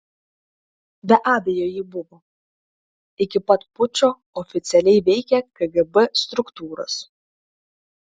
be abejo ji buvo iki pat pučo oficialiai veikė kgb struktūros